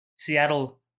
Seattle